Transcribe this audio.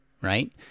Right